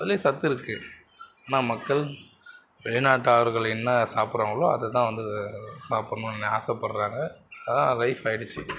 அதுலேயும் சத்து இருக்குது ஆனால் மக்கள் வெளிநாட்டார்கள் என்ன சாப்பிட்றாங்களோ அதை தான் வந்து சாப்பிட்ணுன்னு ஆசைப்படுறாங்க அதுதான் லைஃப் ஆயிடுச்சு